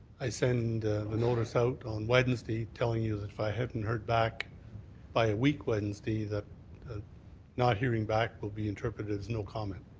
i send the notice out on wednesday telling you that i haven't heard back by a week wednesday, that not hearing back will be interpreted as no comment.